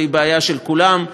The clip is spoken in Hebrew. וזו בעיה של כולם,